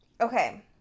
okay